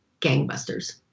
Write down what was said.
gangbusters